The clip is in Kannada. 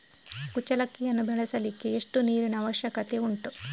ಕುಚ್ಚಲಕ್ಕಿಯನ್ನು ಬೆಳೆಸಲಿಕ್ಕೆ ಎಷ್ಟು ನೀರಿನ ಅವಶ್ಯಕತೆ ಉಂಟು?